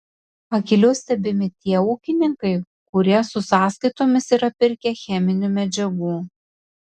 akyliau stebimi tie ūkininkai kurie su sąskaitomis yra pirkę cheminių medžiagų